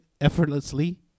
effortlessly